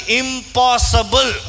impossible